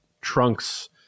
Trunks